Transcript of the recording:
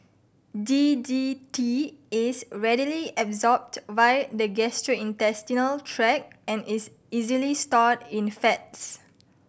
D D T is readily absorbed via the gastrointestinal tract and is easily stored in fats